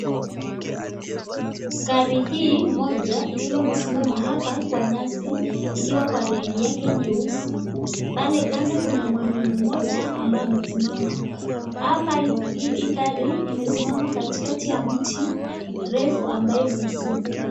Gari hii moja ikiwa imesimama hapa kwa nyasi ikiwa kwa rangi yake nyeusi, pale kando kuna mwanaume mmoja ambaye amesimama, hapa i gari imesimama katikati ya mti refu ambayo imemzunguka.